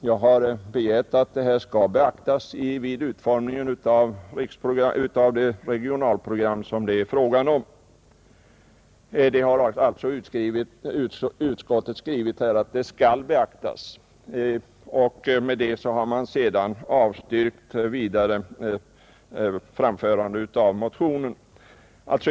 Jag har begärt att det här skall beaktas vid utformningen av det regionalprogram som det är fråga om, utskottet har alltså nu skrivit att det skall beaktas, och med det har man avstyrkt motionen.